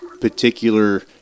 particular